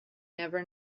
never